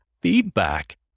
feedback